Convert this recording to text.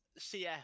CF